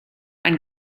ein